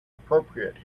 appropriate